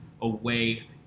away